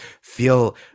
feel